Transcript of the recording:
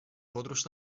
podróż